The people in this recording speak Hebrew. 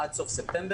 עד סוף ספטמבר,